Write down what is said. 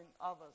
others